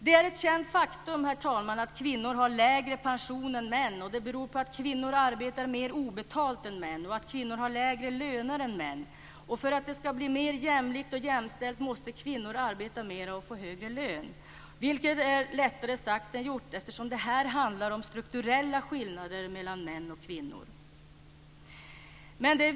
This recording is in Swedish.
Det är ett känt faktum, herr talman, att kvinnor har lägre pension än män. Det beror på att kvinnor arbetar mer obetalt än män och att kvinnor har lägre löner än män. För att det skall bli mer jämlikt och jämställt måste kvinnor arbeta mer och få högre lön, vilket är lättare sagt än gjort eftersom det här handlar om strukturella skillnader mellan män och kvinnor.